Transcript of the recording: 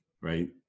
right